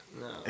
No